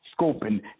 scoping